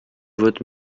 vote